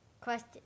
Question